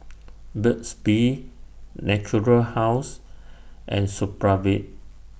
Burt's Bee Natura House and Supravit